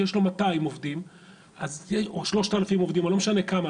שיש לו 200 עובדים או 3,000 עובדים או לא משנה כמה,